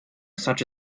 such